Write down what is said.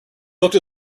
looked